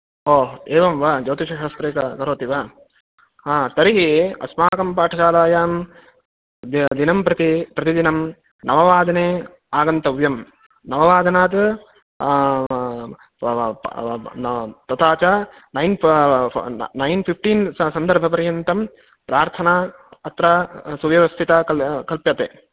ओ एवं वा ज्योतिषशास्त्रे क करोति वा हा तर्हि अस्माकं पाठशालायां दिनं प्रति प्रतिदिनं नववादने आगन्तव्यं नववादनात् तथा च नैन् नैन्फिफ्टीन् सन्दर्भपर्यन्तं प्रार्थना अत्र सु सुव्यवस्थिता कल् कल्पते